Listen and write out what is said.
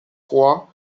roi